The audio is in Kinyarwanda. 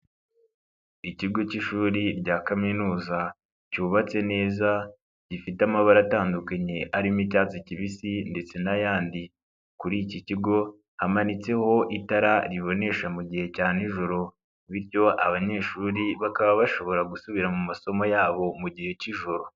Ikigo cy'ishuri rya kaminuza cyubatse neza gifite amabara atandukanye arimo icyatsi kibisi ndetse n'ayandi. Kuri iki kigo hamanitseho itara ribonesha mu gihe cya nijoro bityo abanyeshuri bakaba bashobora gusubira mu masomo yabo mu gihe cy'ijoro.